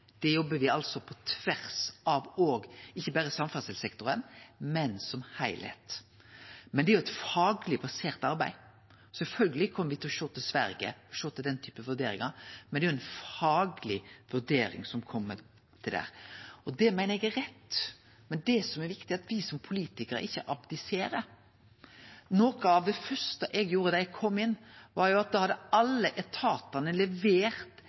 på tvers, og ikkje berre i samferdselssektoren, men som heilskap. Men det er eit fagleg basert arbeid. Sjølvsagt kjem me til å sjå til Sverige, sjå til den typen vurderingar, men det er ei fagleg vurdering som kjem til der. Det meiner eg er rett. Men det som er viktig, er at me som politikarar ikkje abdiserer. Noko av det første eg gjorde da eg kom inn – da hadde alle etatane levert